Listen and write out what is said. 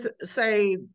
say